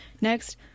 Next